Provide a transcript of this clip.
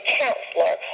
counselor